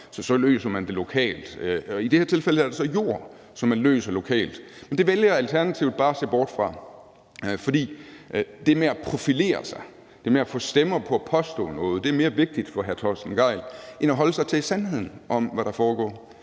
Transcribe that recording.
løser man det lokalt, og i det her tilfælde løser man så det med jorden lokalt. Men det vælger Alternativet bare at se bort fra, for det med at profilere sig, det med at få stemmer på at påstå noget er mere vigtigt for hr. Torsten Gejl end at holde sig til sandheden om, hvad der foregår,